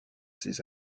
ces